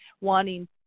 wanting